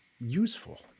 useful